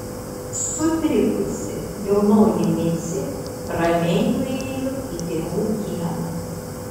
sutrikusi jaunoji micė ramiai nuėjo į tėvų kiemą